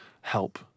help